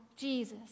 Jesus